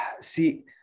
see